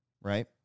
right